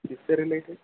کس سے ریلیٹڈ